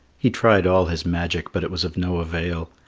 he tried all his magic, but it was of no avail.